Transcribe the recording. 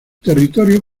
territorio